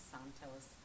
Santos